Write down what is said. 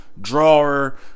drawer